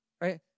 Right